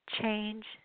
change